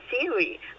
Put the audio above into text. theory